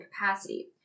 capacity